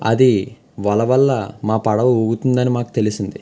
అది వల వల్ల మా పడవ ఊగుతుందని మాకు తెలిసింది